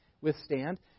withstand